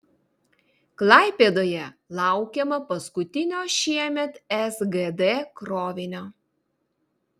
klaipėdoje laukiama paskutinio šiemet sgd krovinio